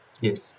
Yes